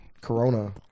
Corona